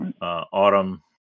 autumn